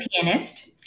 pianist